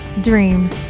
Dream